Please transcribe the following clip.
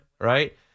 Right